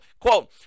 quote